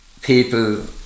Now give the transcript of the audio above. people